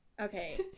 Okay